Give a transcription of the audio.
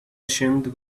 ashamed